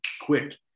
quick